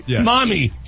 mommy